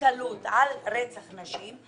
בקלות על רצח נשים,